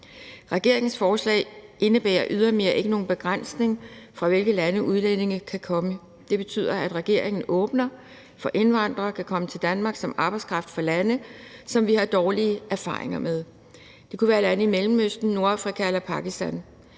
Regeringens forslag indebærer ydermere ikke nogen begrænsning af, fra hvilke lande udlændingene kan komme. Det betyder, at regeringen åbner for, at indvandrere kan komme til Danmark som arbejdskraft fra lande, som vi har dårlige erfaringer med. Det kunne være lande i Mellemøsten, Nordafrika eller Pakistan.